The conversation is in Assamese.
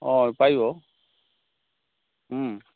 অঁ পাৰিব